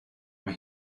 mae